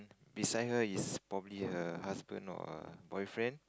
beside her is probably her husband or her boyfriend